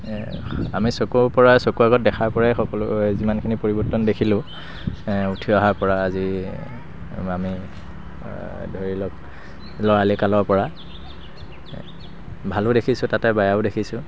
আমি চকুৰ পৰাই চকুৰ আগত দেখাৰ পৰাই সকলো যিমানখিনি পৰিৱৰ্তন দেখিলোঁ উঠি অহাৰ পৰা আজি আমি ধৰিলওক ল'ৰালিকালৰ পৰা ভালো দেখিছোঁ তাতে বেয়াও দেখিছোঁ